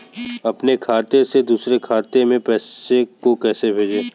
अपने खाते से दूसरे के खाते में पैसे को कैसे भेजे?